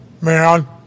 Man